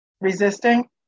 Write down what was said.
resisting